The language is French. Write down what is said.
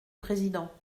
président